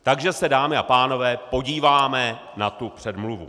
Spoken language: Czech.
Takže se, dámy a pánové, podíváme na tu předmluvu.